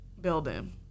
building